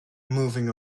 moving